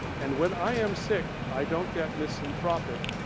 and when i am sick i don't get misanthropic,